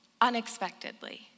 unexpectedly